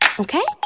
okay